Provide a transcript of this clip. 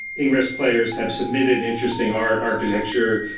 ingress players have submitted interesting art, architecture,